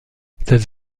ces